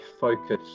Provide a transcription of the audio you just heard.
focus